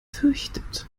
fürchtet